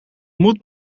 moet